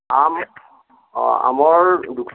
আম অঁ আমৰ দোকানত